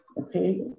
Okay